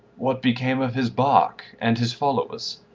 what became of his bark and his followers?